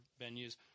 venues